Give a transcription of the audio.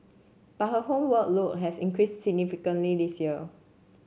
but her homework load has increased significantly this year